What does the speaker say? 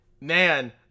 man